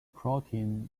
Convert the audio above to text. protein